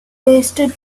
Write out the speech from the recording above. wasted